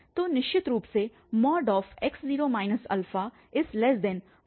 तो निश्चित रूप से x0 Ik2